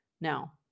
Now